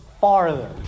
farther